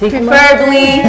Preferably